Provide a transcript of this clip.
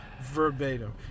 verbatim